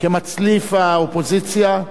כמצליף האופוזיציה,